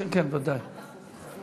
אין